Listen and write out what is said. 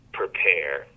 prepare